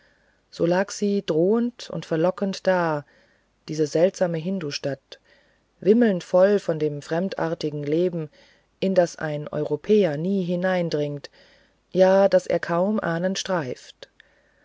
so lag sie drohend und verlockend da diese seltsame hindustadt wimmelnd voll von dem fremdartigen leben in das ein europäer nie hineindringt ja das er kaum ahnend streift